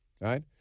right